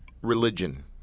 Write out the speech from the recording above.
religion